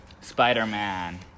Spider-Man